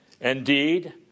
Indeed